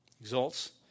Exalts